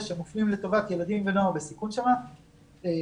שמופנים לטובת ילדים ונוער בסיכון שם - שממומשים,